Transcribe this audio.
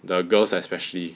the girls especially